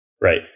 right